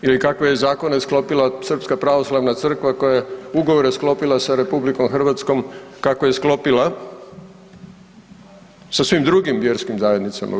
Ili kakve je zakone sklopila Srpska pravoslavna crkva koja je ugovore sklopila sa RH kakve je sklopila sa svim drugim vjerskim zajednicama u RH.